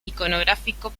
iconográfico